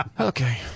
Okay